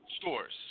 stores